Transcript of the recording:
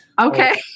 Okay